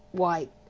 why,